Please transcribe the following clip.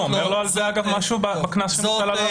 מישהו אומר על זה משהו כשמוטל עליו קנס?